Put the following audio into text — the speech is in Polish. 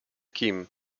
kim